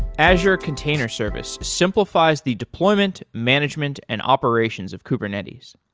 azure container service simplifies the deployment, management and operations of kubernetes.